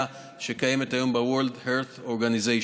שקיימת היום ב-World Health Organization.